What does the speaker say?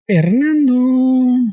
Fernando